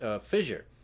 fissure